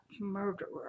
murderer